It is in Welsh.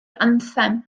anthem